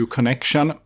Connection